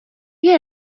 can